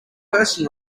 person